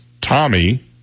Tommy